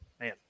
man